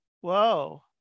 Whoa